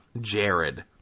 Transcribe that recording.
Jared